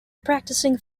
practicing